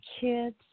kids